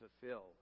fulfill